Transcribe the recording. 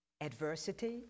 adversity